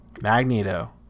Magneto